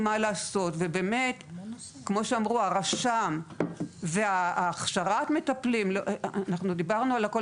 אז באמת, אנחנו לא יכולים לעשות